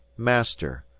master,